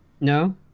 No